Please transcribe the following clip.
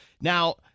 Now